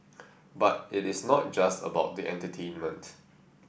but it is not just about the entertainment